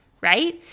right